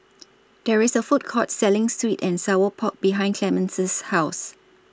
There IS A Food Court Selling Sweet and Sour Pork behind Clemence's House